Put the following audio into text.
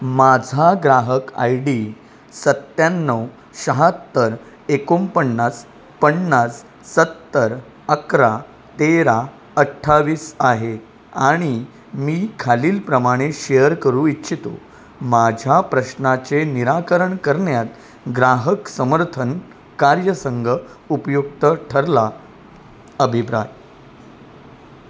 माझा ग्राहक आयडी सत्त्याण्णव शहात्तर एकोणपन्नास पन्नास सत्तर अकरा तेरा अठ्ठावीस आहे आणि मी खालील प्रमाणे शेअर करू इच्छितो माझ्या प्रश्नाचे निराकरण करण्यात ग्राहक समर्थन कार्यसंघ उपयुक्त ठरला अभिप्राय